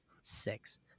six